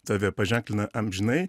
tave paženklina amžinai